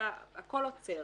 הכול עוצר.